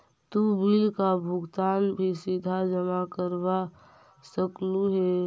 तु बिल का भुगतान भी सीधा जमा करवा सकलु हे